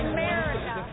America